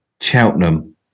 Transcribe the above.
Cheltenham